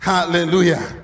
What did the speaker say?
Hallelujah